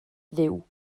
dduw